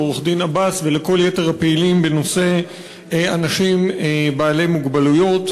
לעורך-דין עבאס ולכל יתר הפעילים בנושא אנשים בעלי מוגבלויות.